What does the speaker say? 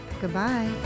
Goodbye